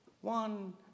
one